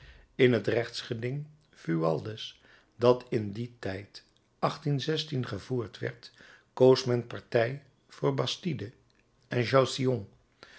in het rechtsgeding fualdès dat in dien tijd gevoerd werd koos men partij voor bastide en